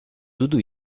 tudo